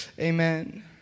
amen